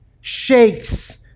shakes